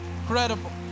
Incredible